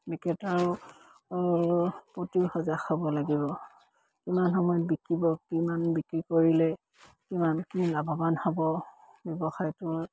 বিক্ৰেতা আৰু প্ৰতি সজাগ হ'ব লাগিব কিমান সময়ত বিকিব কিমান বিক্ৰী কৰিলে কিমান কি লাভৱান হ'ব ব্যৱসায়টো